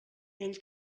ell